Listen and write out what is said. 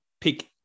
pick